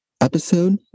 episode